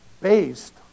based